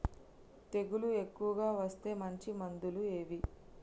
తెగులు ఎక్కువగా వస్తే మంచి మందులు ఏవి?